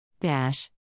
Dash